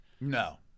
No